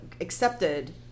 accepted